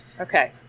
Okay